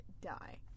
die